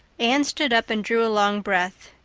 anne stood up and drew a long breath.